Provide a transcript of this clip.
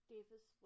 Davis